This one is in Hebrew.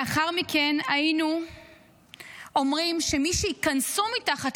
לאחר מכן היינו אומרים שמי שייכנסו מתחת